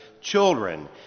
children